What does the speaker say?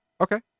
okay